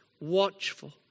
watchful